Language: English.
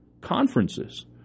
conferences